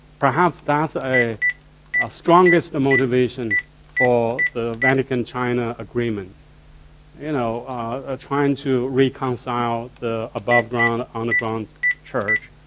perhaps that's a ah strongest motivation for the vatican-china agreement you know ah trying to reconcile the above ground, underground church,